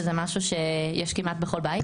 שזה משהו שיש כמעט בכל בית.